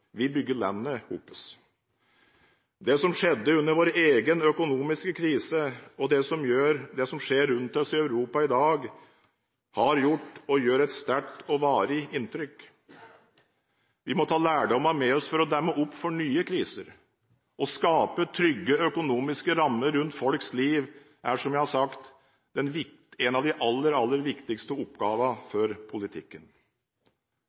Vi bygger landet sammen. Det som skjedde under vår egen økonomiske krise, og det som skjer rundt oss i Europa i dag, har gjort og gjør et sterkt og varig inntrykk. Vi må ta lærdommene med oss for å demme opp for nye kriser. Å skape trygge økonomiske rammer rundt folks liv er – som jeg har sagt – en av de aller, aller viktigste